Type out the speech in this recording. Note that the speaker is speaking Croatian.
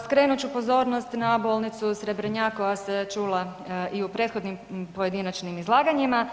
Skrenut ću pozornost na Bolnicu Srebrnjak koja se čula i u prethodnim pojedinačnim izlaganjima.